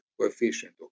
coefficient